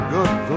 Good